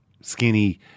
skinny